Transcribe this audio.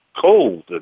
cold